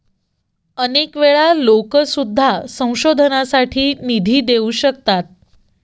अनेक वेळा लोकं सुद्धा संशोधनासाठी निधी देऊ शकतात